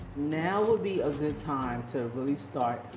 now would be a good time to really start,